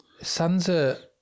Sansa